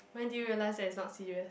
when did you realize that it's not serious